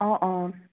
অ অ